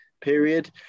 period